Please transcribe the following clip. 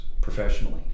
professionally